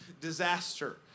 disaster